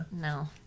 No